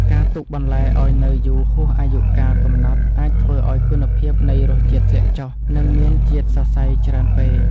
ការទុកបន្លែឱ្យនៅយូរហួសអាយុកាលកំណត់អាចធ្វើឱ្យគុណភាពនៃរសជាតិធ្លាក់ចុះ និងមានជាតិសរសៃច្រើនពេក។